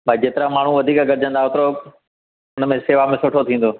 भई जेतिरा माण्हू वधीक गॾिजंदा ओतिरो उन में सेवा में सुठो थींदो